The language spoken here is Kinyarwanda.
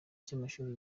cy’amashuri